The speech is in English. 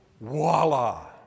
Voila